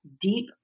deep